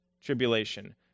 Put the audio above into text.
tribulation